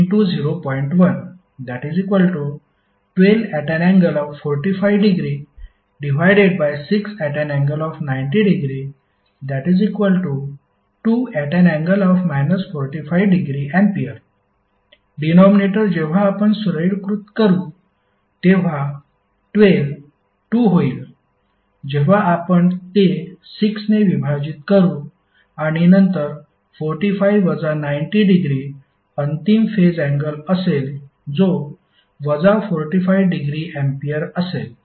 112∠456∠902∠ 45 A denominator जेव्हा आपण सरळीकृत करू तेव्हा 12 2 होईल जेव्हा आपण ते 6 ने विभाजित करू आणि नंतर 45 वजा 90 डिग्री अंतिम फेज अँगल असेल जो वजा 45 डिग्री अँपिअर असेल